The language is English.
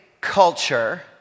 culture